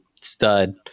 stud